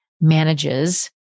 manages